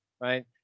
right